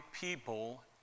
people